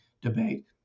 debate